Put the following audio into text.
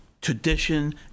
tradition